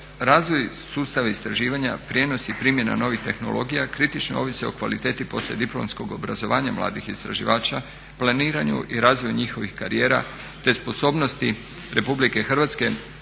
razvoj sustava istraživanja, prijenos i primjena novih tehnologija kritično ovisi o kvaliteti poslijediplomskog obrazovanja mladih istraživača, planiranju i razvoju njihovih karijera te sposobnosti RH da